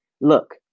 Look